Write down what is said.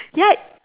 ya